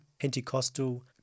Pentecostal